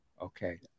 okay